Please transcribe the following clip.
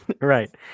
right